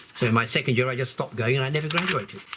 so in my second year i just stopped going and i never graduated.